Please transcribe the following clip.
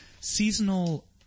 seasonal